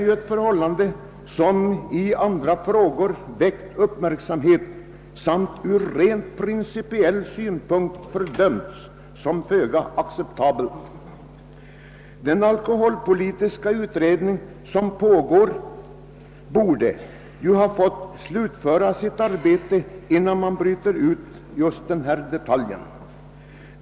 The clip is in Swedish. Det är ett förfarande som i andra fall har väckt uppmärksamhet och som ur principiell synpunkt har betraktats som föga acceptabelt. Alkoholpolitiska utredningen som nu arbetar borde få slutföra sitt arbete innan man bryter ut denna detalj.